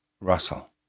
Russell